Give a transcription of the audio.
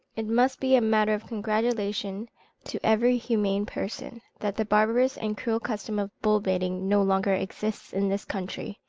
it must be a matter of congratulation to every humane person, that the barbarous and cruel custom of bull-baiting no longer exists in this country.